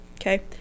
okay